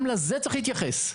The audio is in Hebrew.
גם לזה צריך להתייחס.